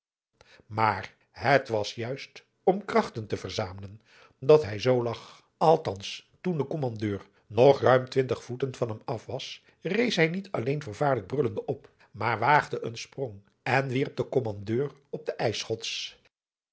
maar het was juist om krachten te verzamelen dat hij zoo lag althans toen de adriaan loosjes pzn het leven van johannes wouter blommesteyn kommandeur nog ruim twintig voeten van hem af was rees hij niet alleen vervaarlijk brullende op maar waagde een sprong en wierp den kommandeur op de ijsschots